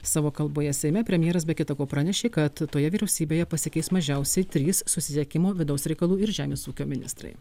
savo kalboje seime premjeras be kita ko pranešė kad toje vyriausybėje pasikeis mažiausiai trys susisiekimo vidaus reikalų ir žemės ūkio ministrai